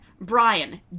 Brian